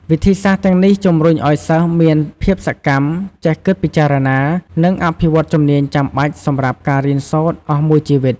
វិធីសាស្ត្រទាំងនេះជំរុញឱ្យសិស្សមានភាពសកម្ម ចេះគិតពិចារណា និងអភិវឌ្ឍជំនាញចាំបាច់សម្រាប់ការរៀនសូត្រអស់មួយជីវិត។